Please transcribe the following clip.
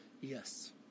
yes